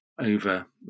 over